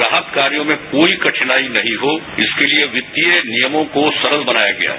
राहत कार्यों में कोई कठिनाई न हो इसके लिए वित्तीय नियमों को सरल बनाया गया है